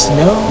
no